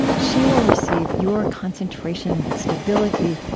she will receive your concentration and stability,